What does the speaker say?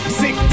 sick